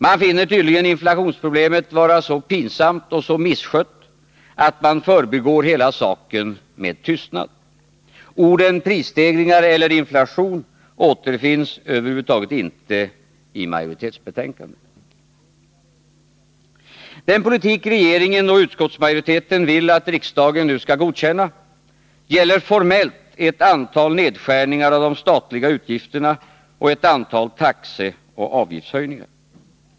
Man finner tydligen inflationsproblemet vara så pinsamt och så misskött, att man förbigår hela saken med total tystnad. Orden prisstegringar eller inflation återfinns över huvud taget inte i majoritetsbetänkandet. Den politik regeringen och utskottsmajoriteten vill att riksdagen nu skall godkänna gäller formellt ett antal nedskärningar av de statliga utgifterna och ett antal taxeoch avgiftshöjningar.